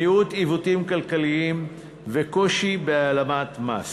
מיעוט עיוותים כלכליים וקושי בהעלמת מס.